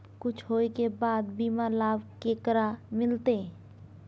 कुछ होय के बाद बीमा लाभ केकरा मिलते?